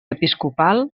episcopal